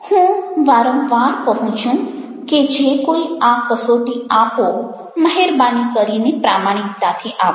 હું વારંવાર કહું છું કે જે કોઈ આ કસોટી આપો મહેરબાની કરીને પ્રામાણિકતાથી આપો